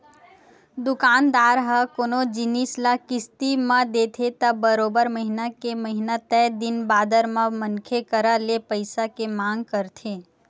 दुकानदार ह कोनो जिनिस ल किस्ती म देथे त बरोबर महिना के महिना तय दिन बादर म मनखे करा ले पइसा के मांग करथे